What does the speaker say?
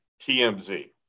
TMZ